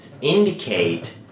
indicate